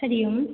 हरिः ओम्